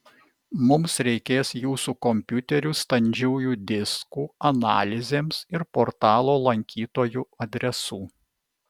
mums reikės jūsų kompiuterių standžiųjų diskų analizėms ir portalo lankytojų adresų